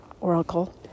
Oracle